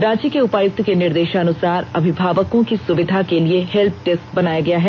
रांची के उपायुक्त के निदेशानुसार अभिभावकों की सुविधा के लिए हेल्प डेस्क बनाया गया है